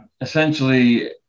essentially